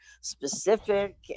specific